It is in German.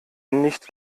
nicht